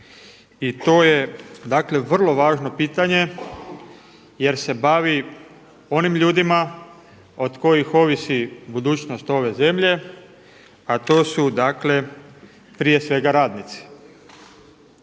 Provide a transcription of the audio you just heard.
i to je dakle vrlo važno pitanje jer se bavi onim ljudima o kojim ovisi budućnost ove zemlje, a to su dakle prije svega radnici.